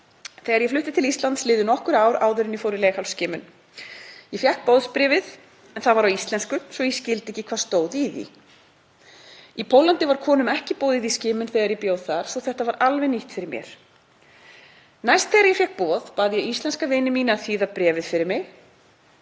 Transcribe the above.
„Þegar ég flutti til Íslands liðu nokkur ár áður en ég fór í leghálsskimun. Ég fékk boðsbréfið, en það var á íslensku svo ég skildi ekki hvað stóð í því. Í Póllandi var konum ekki boðið í skimun þegar ég bjó þar, svo þetta var alveg nýtt fyrir mér. Næst þegar ég fékk boð bað ég íslenska vini mína að þýða bréfið fyrir mig“